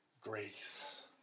grace